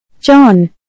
John